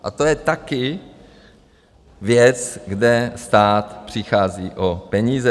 A to je taky věc, kde stát přichází o peníze.